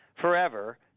forever